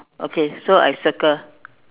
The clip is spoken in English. okay so I circle